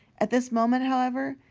at this moment, however,